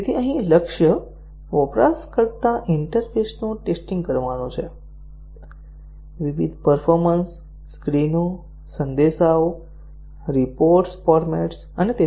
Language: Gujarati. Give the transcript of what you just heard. અહીં લક્ષ્ય વપરાશકર્તા ઇન્ટરફેસનું ટેસ્ટીંગ કરવાનું છે વિવિધ પરફોર્મન્સ સ્ક્રીનો સંદેશાઓ રિપોર્ટ ફોર્મેટ્સ અને વધુ